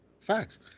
facts